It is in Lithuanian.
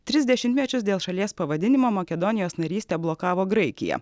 tris dešimtmečius dėl šalies pavadinimo makedonijos narystę blokavo graikija